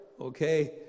okay